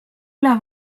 üle